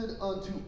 unto